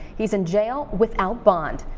he's in jail without bond.